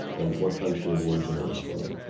and what country of origin it was from.